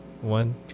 one